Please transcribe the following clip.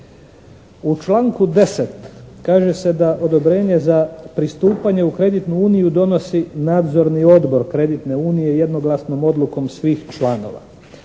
U članku 10. kaže se da odobrenje za pristupanje u kreditnu uniju donosi nadzorni odbor kreditne unije jednoglasnom odlukom svih članova.